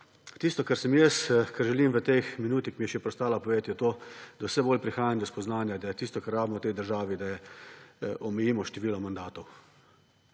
Tisto, kar želim v tej minuti, ki mi je še preostala, povedati, je to, da vse bolj prihajam do spoznanja, da je tisto, kar rabimo v tej državi, da omejimo število mandatov.